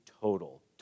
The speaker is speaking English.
total